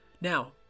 Now